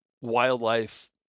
wildlife